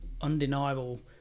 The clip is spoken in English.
undeniable